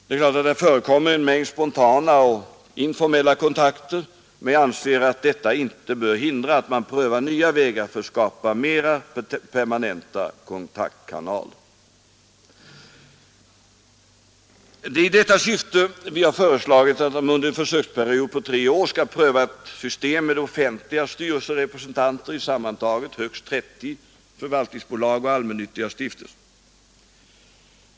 Det har förekommit en mängd spontana och informella kontakter, men jag anser att detta inte bör hindra att man prövar nya vägar för att skapa mera permanenta kontaktkanaler. I detta syfte har vi föreslagit att det under en försöksperiod på tre år skall prövas ett system med offentliga styrelseledamöter i sammantaget högst 30 förvaltningsbolag och allmännyttiga stiftelser.